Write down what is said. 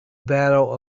battle